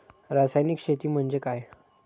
रासायनिक शेती म्हणजे काय?